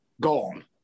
Gone